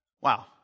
Wow